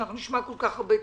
שאנחנו נשמע כל כך הרבה תלונות,